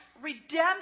redemption